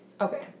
Okay